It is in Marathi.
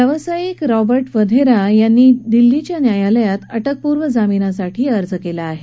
व्यावसायिक रॉबर्ट वधेरा यांनी दिल्लीच्या न्यायालयात अटकपूर्व जामीनासाठी अर्ज केला आहे